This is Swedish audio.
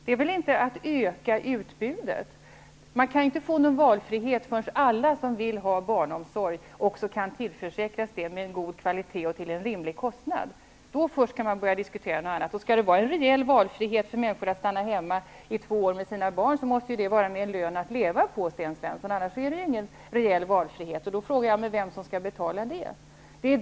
Det är väl inte att öka utbudet. Man kan inte få någon valfrihet förrän alla som vill ha barnomsorg också kan tillförsäkras det, med en god kvalitet och till en rimlig kostnad. Då först kan man börja diskutera något annat. Om det skall vara en reell valfrihet för människor att stanna hemma i två år med sina barn, måste det vara med en lön att leva på, Sten Svensson, annars är det ingen reell valfrihet. Vem skall betala det?